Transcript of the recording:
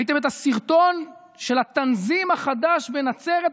ראיתם את הסרטון של התנזים החדש בנצרת,